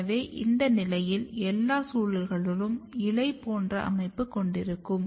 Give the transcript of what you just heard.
எனவே இந்த நிலையில் எல்லா சுழல்களும் இலை போன்ற அமைப்பு கொண்டிருக்கும்